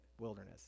wilderness